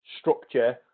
structure